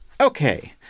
Okay